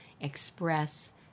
express